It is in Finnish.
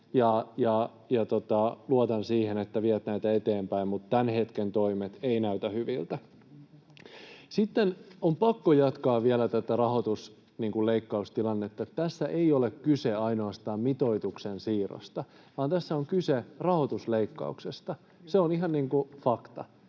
luotan siihen, että viette näitä eteenpäin, mutta tämän hetken toimet eivät näytä hyviltä. Sitten on pakko jatkaa vielä tästä rahoitusleikkaustilanteesta. Tässä ei ole kyse ainoastaan mitoituksen siirrosta, vaan tässä on kyse rahoitusleikkauksesta. Se on ihan fakta.